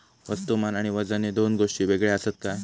वस्तुमान आणि वजन हे दोन गोष्टी वेगळे आसत काय?